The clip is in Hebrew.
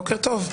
בוקר טוב.